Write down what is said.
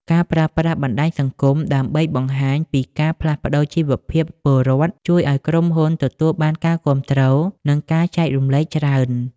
ការប្រើប្រាស់បណ្ដាញសង្គមដើម្បីបង្ហាញពីការផ្លាស់ប្តូរជីវភាពពលរដ្ឋ ជួយឱ្យក្រុមហ៊ុនទទួលបានការគាំទ្រ និងការចែករំលែកច្រើន។